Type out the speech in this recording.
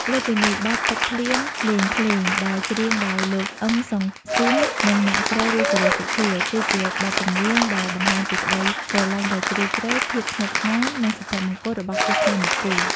លើសពីនេះ បទ "ទឹកភ្លៀងលេងភ្លេង" ដែលច្រៀងដោយលោក អ៊ឹម សុងសឺម និងអ្នកស្រី រស់ សេរីសុទ្ធា គឺជាបទចម្រៀងដែលបង្ហាញពី ក្តីស្រឡាញ់ដ៏ជ្រាលជ្រៅ ភាពស្និទ្ធស្នាល និងសុភមង្គល របស់គូស្នេហ៍មួយគូ។